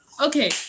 okay